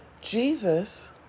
Jesus